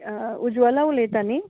उज्वला उलयतां न्ही